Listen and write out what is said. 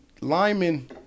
Lyman